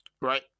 right